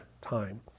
time